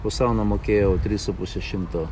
už sauną mokėjau tris su puse šimto